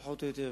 פחות או יותר.